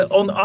on